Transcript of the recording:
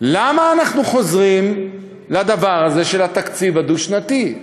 למה אנחנו חוזרים לדבר הזה של התקציב הדו-שנתי?